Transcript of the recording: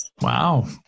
Wow